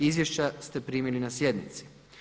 Izvješća ste primili na sjednici.